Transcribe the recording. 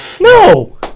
No